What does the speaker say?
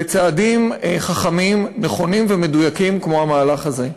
בצעדים חכמים, נכונים ומדויקים כמו המהלך הזה.